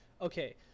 Okay